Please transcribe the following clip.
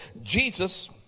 Jesus